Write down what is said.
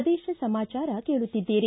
ಪ್ರದೇಶ ಸಮಾಚಾರ ಕೇಳುತ್ತಿದ್ದೀರಿ